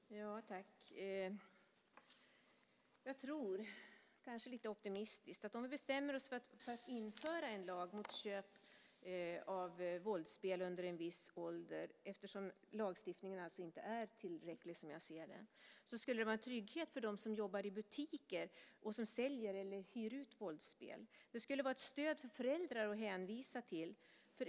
Herr talman! Jag tror - kanske lite optimistiskt - att om vi bestämmer oss för att införa en lag mot köp av våldsspel för personer under en viss ålder då lagstiftningen inte är tillräcklig, som jag ser det, skulle det vara en trygghet för dem som jobbar i butiker och säljer eller hyr ut våldsspel. Det skulle vara ett stöd för föräldrar att hänvisa till.